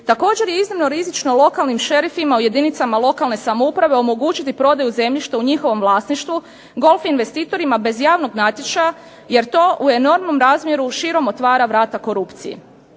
Također je iznimno rizično lokalnim šerifima jedinica lokalne samouprave omogućiti prodaju zemljišta u njihovom vlasništvu golf investitorima bez javnih natječaja jer to u enormnom razmjeru širom otvara vrata korupciji.